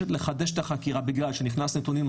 לחדש את החקירה בגלל שנכנסו נתונים נוספים,